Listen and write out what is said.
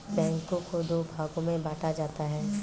बैंकों को दो भागों मे बांटा जाता है